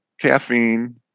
caffeine